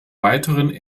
weiteren